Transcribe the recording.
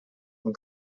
non